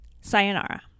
sayonara